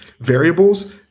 variables